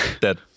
dead